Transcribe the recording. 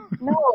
No